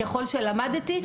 ככל שלמדתי,